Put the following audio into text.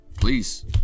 please